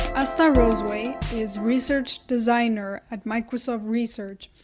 asta roseway is research designer at microsoft research.